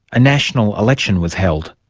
a national election was held.